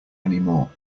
anymore